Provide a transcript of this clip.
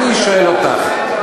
אני שואל אותך,